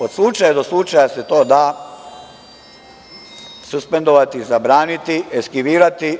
Od slučaja do slučaja se to da suspendovati, zabraniti, eskivirati.